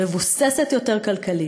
מבוססת יותר כלכלית,